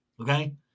Okay